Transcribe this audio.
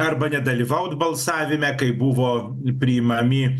arba nedalyvaut balsavime kai buvo priimami